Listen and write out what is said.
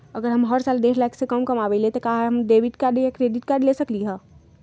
अगर हम हर साल डेढ़ लाख से कम कमावईले त का हम डेबिट कार्ड या क्रेडिट कार्ड ले सकली ह?